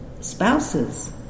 spouses